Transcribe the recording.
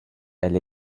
elle